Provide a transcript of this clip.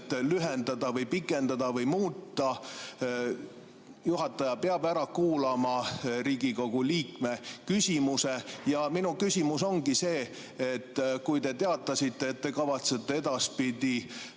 lühendada või pikendada või muuta. Juhataja peab ära kuulama Riigikogu liikme küsimuse. Ja minu küsimus ongi see: kui te teatasite, et te kavatsete edaspidi